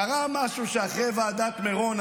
קרה משהו אחרי ועדת מירון,